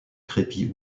crépi